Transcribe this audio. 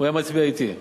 הוא היה מצביע אתי.